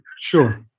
Sure